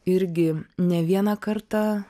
irgi ne vieną kartą